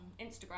Instagram